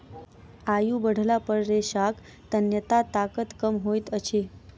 आयु बढ़ला पर रेशाक तन्यता ताकत कम होइत अछि